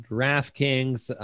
DraftKings